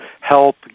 help